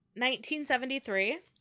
1973